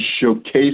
showcase